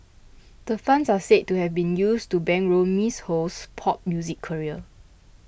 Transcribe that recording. the funds are said to have been used to bankroll Ms Ho's pop music career